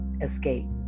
escape